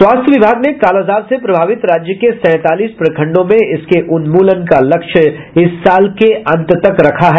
स्वास्थ्य विभाग ने कालाजार से प्रभावित राज्य के सैंतालीस प्रखण्डों में इसके उन्मूलन का लक्ष्य इस साल के अंत तक रखा है